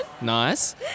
Nice